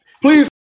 please